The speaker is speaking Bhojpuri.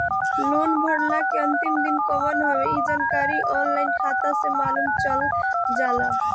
लोन भरला के अंतिम दिन कवन हवे इ जानकारी ऑनलाइन खाता में मालुम चल जाला